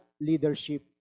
leadership